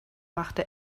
machte